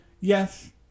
yes